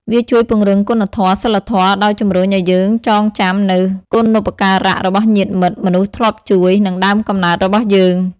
វាជួយពង្រឹងគុណធម៌សីលធម៌ដោយជំរុញឱ្យយើងចងចាំនូវគុណូបការៈរបស់ញាតិមិត្ត មនុស្សធ្លាប់ជួយ និងដើមកំណើតរបស់យើង។